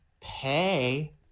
pay